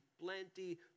plenty